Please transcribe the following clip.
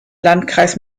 landkreis